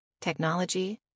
technology